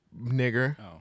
nigger